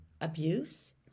abuse